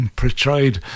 portrayed